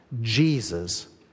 Jesus